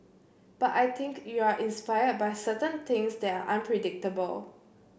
but I think you are inspired by certain things that are unpredictable